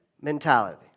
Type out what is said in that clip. mentality